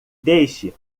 deixe